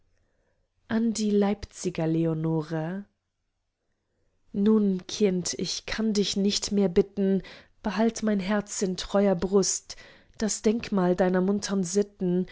an die leipziger leonore nun kind ich kann dich nicht mehr bitten behalt mein herz in treuer brust das denkmal deiner muntern sitten